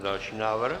Další návrh.